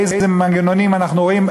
באיזה מנגנונים אנחנו רואים,